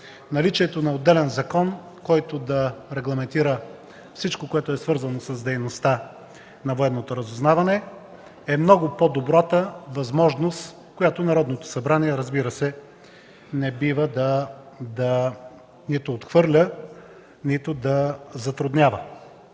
наличието на отделен закон, който да регламентира всичко, свързано с дейността на Военното разузнаване, е много по-добрата възможност, която Народното събрание, разбира се, не бива да отхвърля, нито да затруднява.